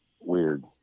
weird